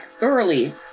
early